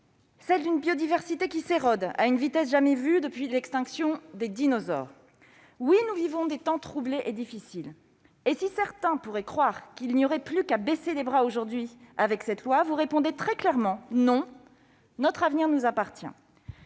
-et d'une biodiversité qui s'érode à une vitesse jamais vue depuis l'extinction des dinosaures. Oui, nous vivons des temps troublés et difficiles. Et si certains pouvaient croire qu'il n'y avait plus qu'à baisser les bras, aujourd'hui, avec cette loi, vous répondez très clairement que, non, notre avenir nous appartient.